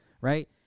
right